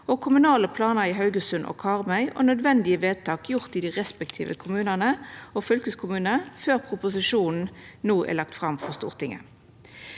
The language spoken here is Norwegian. kommunale planar i Haugesund og Karmøy. Nødvendige vedtak er gjorde i dei respektive kommunane og fylkeskommunen før proposisjonen no er lagd fram for Stortinget.